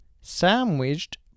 Sandwiched